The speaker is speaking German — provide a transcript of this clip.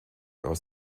aus